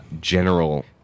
general